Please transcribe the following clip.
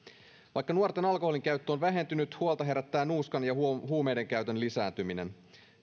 vaikka nuorten alkoholinkäyttö on vähentynyt huolta herättää nuuskan ja huumeiden käytön lisääntyminen